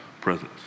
presence